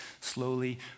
slowly